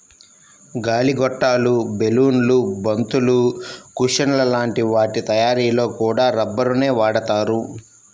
గాలి గొట్టాలు, బెలూన్లు, బంతులు, కుషన్ల లాంటి వాటి తయ్యారీలో కూడా రబ్బరునే వాడతారు